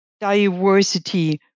diversity